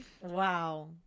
Wow